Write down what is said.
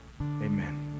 Amen